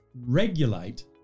regulate